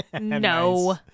No